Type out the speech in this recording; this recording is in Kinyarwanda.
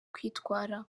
kwitwara